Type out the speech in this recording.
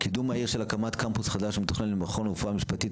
קידום מהיר של הקמת קמפוס חדש במכון לרפואה משפטית